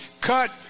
cut